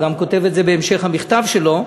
הוא גם כותב את זה בהמשך המכתב שלו.